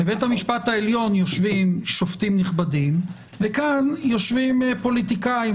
אלא בבית המשפט העליון יושבים שופטים נכבדים וכאן יושבים פוליטיקאים,